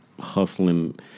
hustling